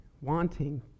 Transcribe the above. wanting